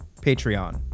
Patreon